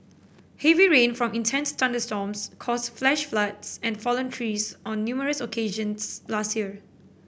heavy rain from intense thunderstorms caused flash floods and fallen trees on numerous occasions last year